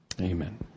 Amen